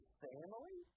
family